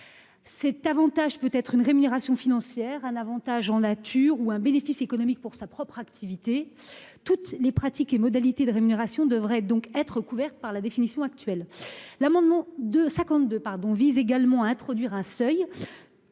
Cet Avantage peut être une rémunération financière un Avantage en la Thur ou un bénéfice économique pour sa propre activité toutes les pratiques et modalités de rémunération devrait donc être couvertes par la définition actuelle l'amendement de 52 pardon vise également à introduire un seuil.